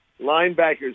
Linebackers